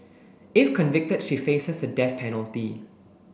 if convicted she faces the death penalty